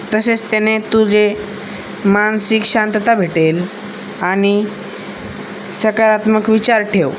तसेच त्याने तुझे मानसिक शांतता भेटेल आणि सकारात्मक विचार ठेव